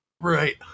right